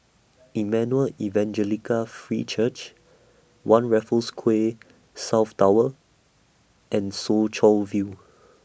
Emmanuel Evangelical Free Church one Raffles Quay South Tower and Soo Chow View